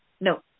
No